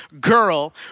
girl